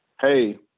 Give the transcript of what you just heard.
Hey